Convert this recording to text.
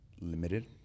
limited